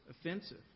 offensive